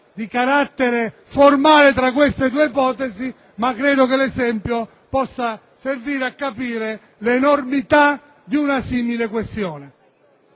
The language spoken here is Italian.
di carattere formale tra queste due ipotesi, ma credo che l'esempio possa servire a capire l'enormità di una simile questione.